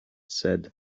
said